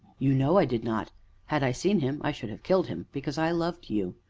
you know i did not had i seen him i should have killed him, because i loved you.